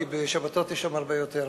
כי בשבתות יש שם הרבה יותר.